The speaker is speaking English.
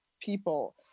people